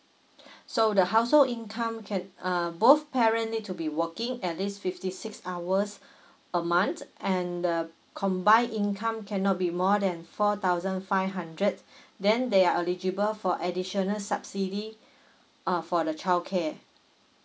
so the household income can uh both parents need to be working at least fifty six hours a month and the combined income cannot be more than four thousand five hundred then they are eligible for additional subsidy uh for the childcare